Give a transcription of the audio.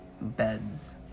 beds